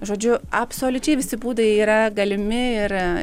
žodžiu absoliučiai visi būdai yra galimi ir